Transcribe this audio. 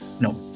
No